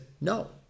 no